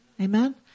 Amen